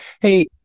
Hey